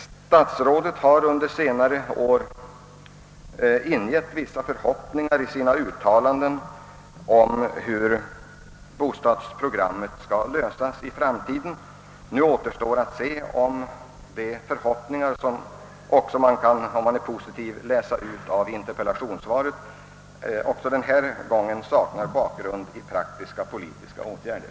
Statsrådet har under senare år ingett vissa förhoppningar genom sina uttalanden om hur bostadsprogrammet skall kunna fullföljas i framtiden. Nu återstår att se huruvida också de förhoppningar, som man kan få av svaret — om man tolkar det mycket positivt — saknar bakgrund i praktiska politiska åtgärder.